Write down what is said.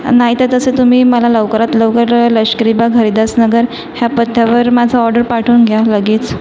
नाही तर तसं तुम्ही मला लवकरात लवकर लष्करीबाग हरीदासनगर ह्या पत्त्यावर माझा ऑर्डर पाठवून घ्या लगेच